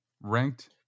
ranked